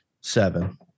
Seven